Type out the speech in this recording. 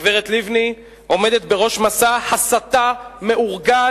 הגברת לבני עומדת בראש מסע הסתה מאורגן,